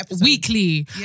weekly